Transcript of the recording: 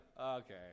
okay